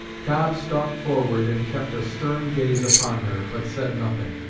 cobb stalked forward and kept a stern gaze upon her, but said nothing.